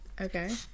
Okay